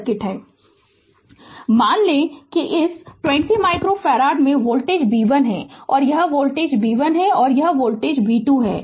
Refer Slide Time 3124 मान लें कि इस 20 माइक्रो फैराड में वोल्टेज b 1 है यह वोल्टेज b 1 है और यह वोल्टेज b 2 है